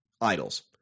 idols